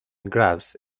graphs